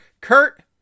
Kurt